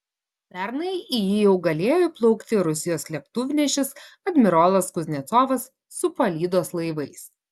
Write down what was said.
pernai į jį jau galėjo įplaukti rusijos lėktuvnešis admirolas kuznecovas su palydos laivais